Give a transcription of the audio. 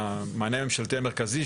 המענה הממשלתי המרכזי,